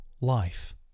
life